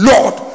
Lord